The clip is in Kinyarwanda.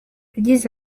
yagize